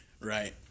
Right